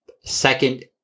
second